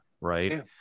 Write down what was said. Right